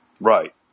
Right